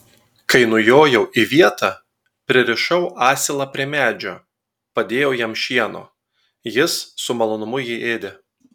kai nujojau į vietą pririšau asilą prie medžio padėjau jam šieno jis su malonumu jį ėdė